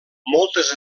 moltes